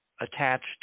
attached